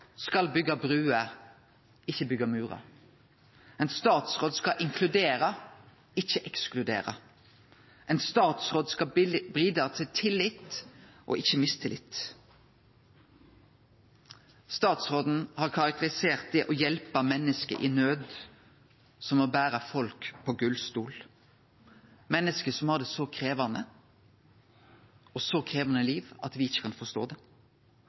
skal byggje bruer, ikkje byggje murar. Ein statsråd skal inkludere, ikkje ekskludere. Ein statsråd skal bidra til tillit og ikkje mistillit. Statsråden har karakterisert det å hjelpe menneske i naud som å bere folk på gullstol, menneske som har det så krevjande og har eit så krevjande liv at me ikkje kan forstå det.